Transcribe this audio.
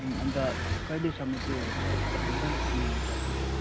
अन्त कहिलेसम्म चाहिँ हुन्छ तपाईँ कहिले फ्री हुन्छ फेरि